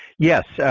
yes. yeah